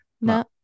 No